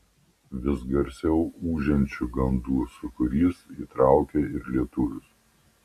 vis garsiau ūžiančių gandų sūkurys įtraukė ir lietuvius